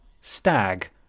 stag